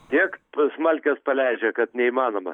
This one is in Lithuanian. tiek smalkes paleidžia kad neįmanoma